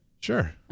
Sure